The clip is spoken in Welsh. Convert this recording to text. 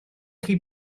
chi